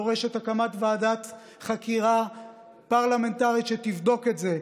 דורשת הקמת ועדת חקירה פרלמנטרית שתבדוק את זה,